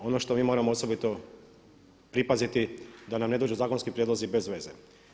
Ono što mi moramo osobito pripaziti da nam ne dođu zakonski prijedlozi bezveze.